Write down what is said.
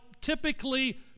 typically